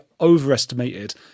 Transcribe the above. overestimated